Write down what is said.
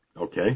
Okay